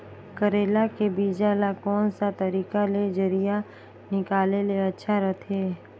करेला के बीजा ला कोन सा तरीका ले जरिया निकाले ले अच्छा रथे?